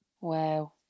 Wow